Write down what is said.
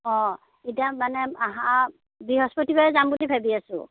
অ' এতিয়া মানে অহা বৃহস্পতিবাৰে যাম বুলি ভাবি আছোঁ